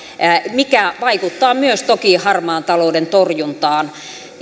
mikä vaikuttaa myös toki harmaan talouden torjuntaan